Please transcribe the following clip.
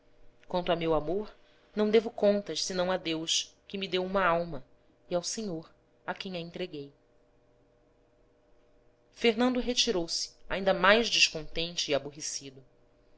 a meu amor não devo contas senão a deus que me deu uma alma e ao senhor a quem a entreguei fernando retirou-se ainda mais descontente e aborrecido